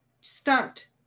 start